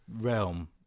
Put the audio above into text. realm